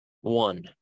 One